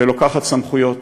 ולוקחת סמכויות.